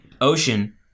Ocean